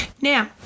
Now